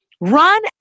run